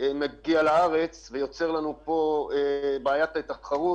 מגיע לארץ ויוצר לנו פה בעיית תחרות